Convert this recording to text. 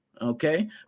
Okay